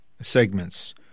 segments